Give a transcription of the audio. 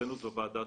אצלנו זו ועדת